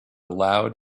loud